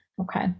Okay